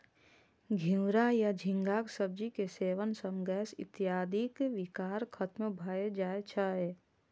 घिवरा या झींगाक सब्जी के सेवन सं गैस इत्यादिक विकार खत्म भए जाए छै